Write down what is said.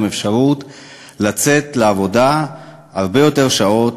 אפשרות לצאת לעבודה הרבה יותר שעות,